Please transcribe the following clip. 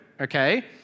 okay